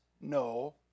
no